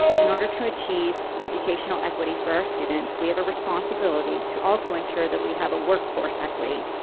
in order to achieve educational equity for our students we have a responsibility to also ensure that we have a workforce equity.